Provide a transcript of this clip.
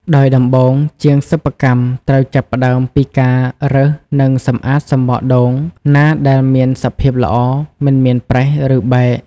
ដោយដំបូងជាងសិប្បកម្មត្រូវចាប់ផ្ដើមពី ការរើសនិងសម្អាតសំបកដូងណាដែលមានសភាពល្អ មិនមានប្រេះ ឬបែក។